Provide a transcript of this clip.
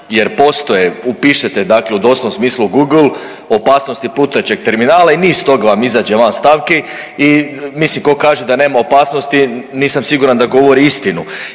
jer postoje, upišete dakle u doslovnom smislu u google opasnosti plutajućeg terminala i niz toga vam izađe van stavki. I mislim tko kaže da nema opasnosti nisam siguran da govori istinu.